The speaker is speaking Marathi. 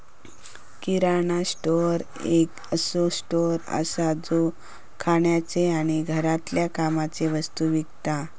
किराणा स्टोअर एक असो स्टोअर असा जो खाण्याचे आणि घरातल्या कामाचे वस्तु विकता